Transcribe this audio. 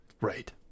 Right